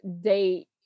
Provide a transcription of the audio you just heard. date